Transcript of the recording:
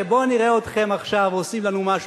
בוא נראה אתכם עכשיו עושים לנו משהו,